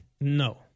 No